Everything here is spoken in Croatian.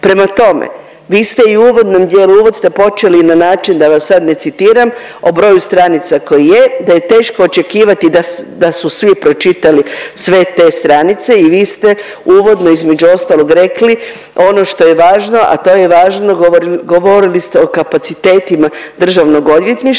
Prema tome, vi ste i u uvodnom dijelu, uvod ste počeli na način da vas sad ne citiram o broju stranica koje je, da je teško očekivati da su svi pročitali sve te stranice i vi ste uvodno između ostalog rekli ono što je važno, a to je važno govorili ste o kapacitetima državnog odvjetništva